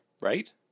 Right